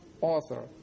author